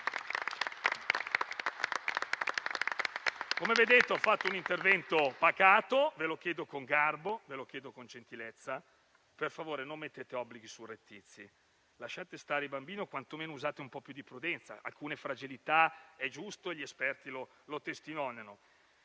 Ho fatto un intervento pacato. Ve lo chiedo con garbo e gentilezza: per favore, non mettete obblighi surrettizi. Lasciate stare i bambini o quantomeno usate un po' più di prudenza per alcune fragilità. È giusto e gli esperti lo testimoniano.